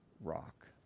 rock